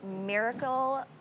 miracle